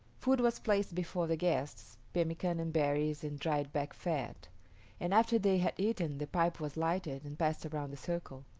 food was placed before the guests pemican and berries and dried back fat and after they had eaten the pipe was lighted and passed around the circle.